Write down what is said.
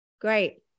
Great